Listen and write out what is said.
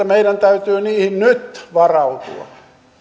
meidän täytyy niihin nyt varautua